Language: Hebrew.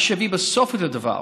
מה שהביא בסופו של דבר